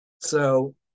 So-